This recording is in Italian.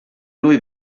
lui